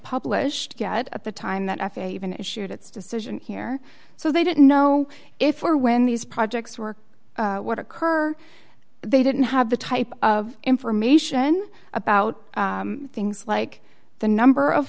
published yet at the time that f a a even issued its decision here so they didn't know if for when these projects were what occur they didn't have the type of information about things like the number of